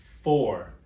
four